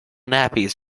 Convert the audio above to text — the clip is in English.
nappies